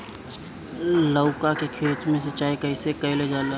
लउका के खेत मे सिचाई कईसे कइल जाला?